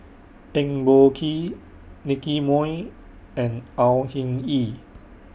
Eng Boh Kee Nicky Moey and Au Hing Yee